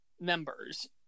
members